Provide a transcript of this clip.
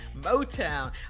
Motown